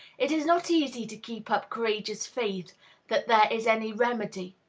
it is not easy to keep up courageous faith that there is any remedy.